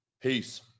peace